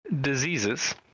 diseases